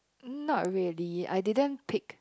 not really I didn't pick